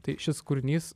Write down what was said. tai šis kūrinys